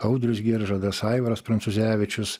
audrius giržadas aivaras prancūzevičius